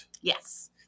Yes